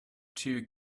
two